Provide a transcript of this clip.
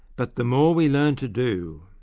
but the more we learn to do,